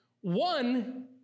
One